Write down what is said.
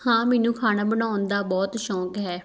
ਹਾਂ ਮੈਨੂੰ ਖਾਣਾ ਬਣਾਉਣ ਦਾ ਬਹੁਤ ਸ਼ੌਕ ਹੈ